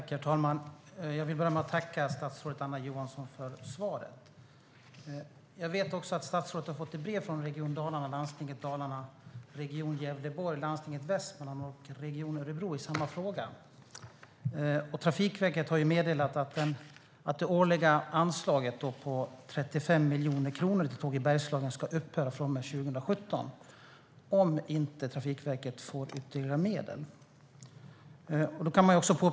Herr talman! Jag vill börja med att tacka statsrådet Anna Johansson för svaret. Jag vet att statsrådet har fått brev från Region Dalarna, Landstinget Dalarna, Region Gävleborg, Landstinget Västmanland och Region Örebro i samma fråga. Trafikverket har ju meddelat att det årliga anslaget på 35 miljoner kronor till Tåg i Bergslagen ska upphöra från och med 2017, om Trafikverket inte får ytterligare medel.